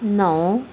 نو